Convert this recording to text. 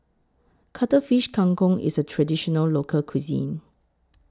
Cuttlefish Kang Kong IS A Traditional Local Cuisine